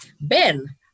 Ben